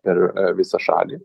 per visą šalį